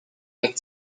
jak